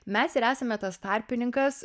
mes ir esame tas tarpininkas